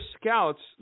scouts